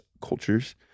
cultures